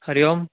हरिः ओम्